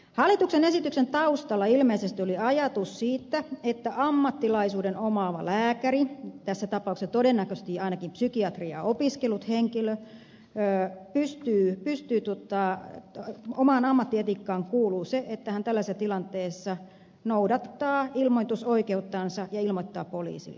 hallituksen esityksen taustalla ilmeisesti oli ajatus siitä että ammattilaisuuden omaavan lääkärin tässä tapauksessa todennäköisesti ainakin psykiatriaa opiskelleen henkilön omaan ammattietiikkaan kuuluu se että hän tällaisessa tilanteessa noudattaa ilmoitusoikeuttansa ja ilmoittaa poliisille